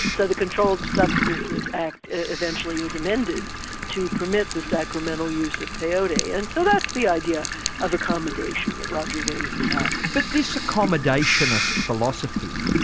so the controlled substances act eventually was amended to permit the sacramental use of peyote. and so that's the idea of accommodation that roger williams had. but this accommodationist philosophy,